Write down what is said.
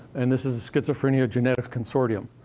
and this is a schizophrenia genetics consortium,